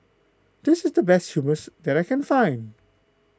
this is the best Hummus that I can find